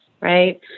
Right